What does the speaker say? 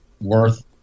worth